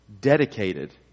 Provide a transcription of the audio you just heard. dedicated